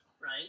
Right